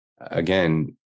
again